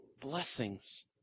blessings